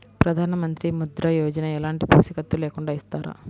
ప్రధానమంత్రి ముద్ర యోజన ఎలాంటి పూసికత్తు లేకుండా ఇస్తారా?